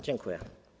Dziękuję.